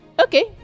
okay